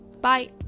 bye